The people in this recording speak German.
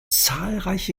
zahlreiche